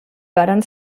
varen